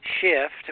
shift